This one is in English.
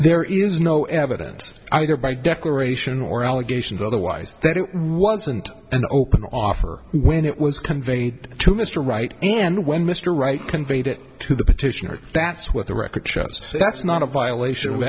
there is no evidence either by declaration or allegations otherwise thirty one isn't an open offer when it was conveyed to mr wright and when mr wright conveyed it to the petitioner that's what the record shows that's not a violation of